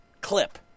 clip